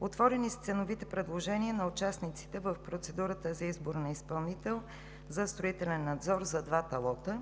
Отворени са ценовите предложения на участниците в процедурата за избор на изпълнител за строителен надзор за двата лота.